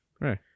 Right